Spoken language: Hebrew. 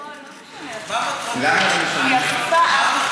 בפועל לא משלמים, מה מטרת, למה לא משלמים?